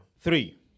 three